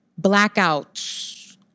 Blackouts